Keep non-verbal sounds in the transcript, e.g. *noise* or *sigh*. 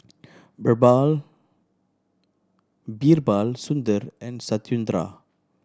Birbal *unintelligible* Sundar and Satyendra